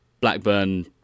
Blackburn